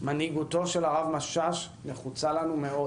מנהיגותו של הרב משאש נחוצה לנו מאוד